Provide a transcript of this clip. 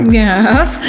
yes